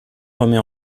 remet